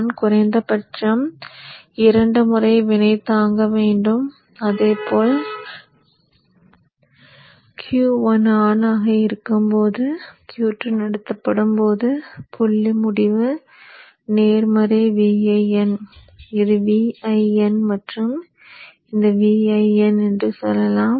Q1 குறைந்தபட்சம் 2 முறை வினை தாங்க வேண்டும் அதே போல் Q1 ஆன் ஆக இருக்கும் போது Q2 நடத்தப்படும்போது புள்ளி முடிவு நேர்மறை Vin இது Vin மற்றும் இந்த Vin என்று சொல்லலாம்